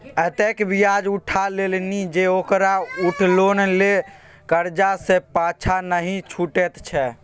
एतेक ब्याज उठा लेलनि जे ओकरा उत्तोलने करजा सँ पाँछा नहि छुटैत छै